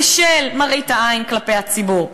בשל מראית העין כלפי הציבור.